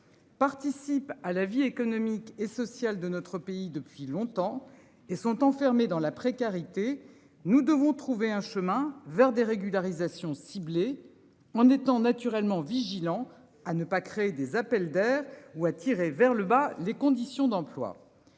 Participent à la vie économique et sociale de notre pays depuis longtemps et sont enfermés dans la précarité. Nous devons trouver un chemin vers des régularisations ciblé en étant naturellement vigilants à ne pas créer des appels d'air ou à tirer vers le bas les conditions d'emploi.